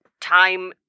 time